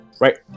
right